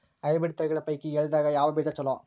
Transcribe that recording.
Hybrid ತಳಿಗಳ ಪೈಕಿ ಎಳ್ಳ ದಾಗ ಯಾವ ಬೀಜ ಚಲೋ?